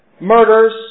murders